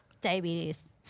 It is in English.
Diabetes